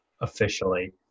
officially